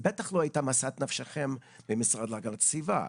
זאת בטח לא הייתה משאת נפשכם במשרד להגנת הסביבה.